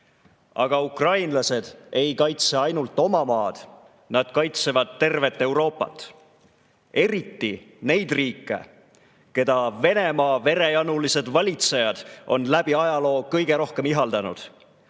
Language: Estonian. Aga ukrainlased ei kaitse ainult oma maad. Nad kaitsevad tervet Euroopat, eriti neid riike, keda Venemaa verejanulised valitsejad on läbi ajaloo kõige rohkem ihaldanud.